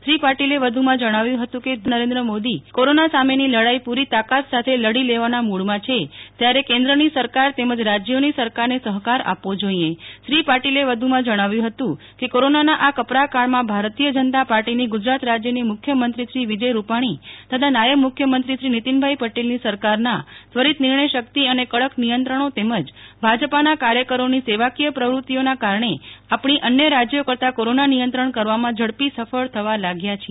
શ્રી પાટીલે વધુમાં જણાવ્યું ફતું કે નરેન્દ્ર મોદી કોરોના સામેની લડાઇ પુરી તાકાત સાથે લડી લેવાના મૂડમાં છે ત્યારે કેન્દ્રની સરકાર તેમજ રાજ્યોની સરકારને સહકાર આપવો જોઇએ શ્રી પાટીલે વધુમાં જણાવ્યું હતું કે કોરોનાના આ કપરા કાળમાં ભારતીય જનતા પાર્ટી ની ગુજરાત રાજ્યની મુખ્યમંત્રી શ્રી વિજય રૂપાણી તથા નાયબ મુખ્યમંત્રી શ્રી નીતિનભાઇ પટેલ ની સરકારના ત્વરીત નિર્ણય શક્તિ અને કડક નિયંત્રણો તેમજ ભાજપાના કાર્યકરોની સેવાકીય પ્રવૃત્તિઓ ના કારણે આપણી અન્ય રાજ્યો કરતાં કોરોના નિયંત્રણ કરવામાં ઝડપી સફળ થવા લાગ્યા છીએ